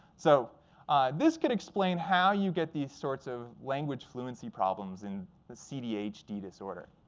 so this could explain how you get these sorts of language fluency problems in the cdhd disorder.